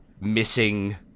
missing